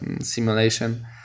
simulation